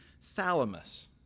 thalamus